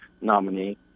nominee